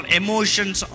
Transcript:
emotions